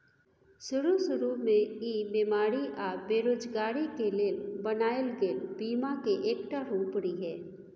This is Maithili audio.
शरू शुरू में ई बेमारी आ बेरोजगारी के लेल बनायल गेल बीमा के एकटा रूप रिहे